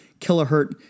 kilohertz